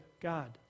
God